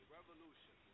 Revolution